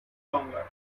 longer